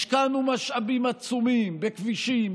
השקענו משאבים עצומים בכבישים,